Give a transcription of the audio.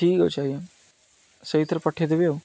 ଠିକ୍ ଅଛି ଆଜ୍ଞା ସେଇଥିରେ ପଠେଇଦେବି ଆଉ